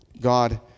God